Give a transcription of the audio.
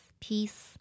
peace